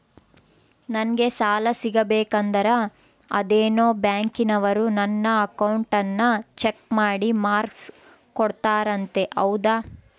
ನಂಗೆ ಸಾಲ ಸಿಗಬೇಕಂದರ ಅದೇನೋ ಬ್ಯಾಂಕನವರು ನನ್ನ ಅಕೌಂಟನ್ನ ಚೆಕ್ ಮಾಡಿ ಮಾರ್ಕ್ಸ್ ಕೋಡ್ತಾರಂತೆ ಹೌದಾ?